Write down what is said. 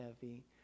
heavy